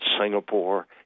Singapore